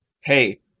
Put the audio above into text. hey